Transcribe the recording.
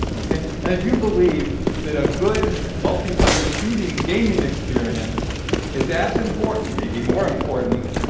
okay? and if you believe that a good multiplayer shooting gaming experience is as important, maybe more important,